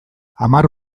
hamar